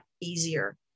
easier